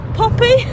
poppy